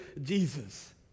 Jesus